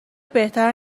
بهتر